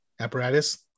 Apparatus